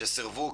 שסירבו,